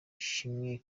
ishimwe